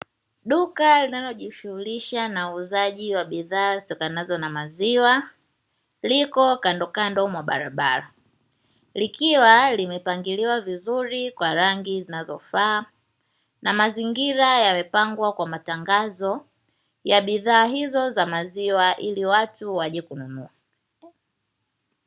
Duka linalojishuhhulisha na uuzaji wa bidhaa zitokanazo na maziwa liko kandokando mwa barabara, likiwa limepangiliwa vizuri kwa rangi zinazofaa na mazingira yamepangwa kwa matangazo ya bidhaa hizo za maziwa, ili watu waje kununua.